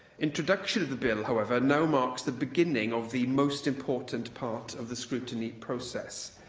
introduction of the bill, however, now marks the beginning of the most important part of the scrutiny process,